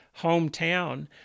hometown